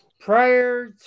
Prior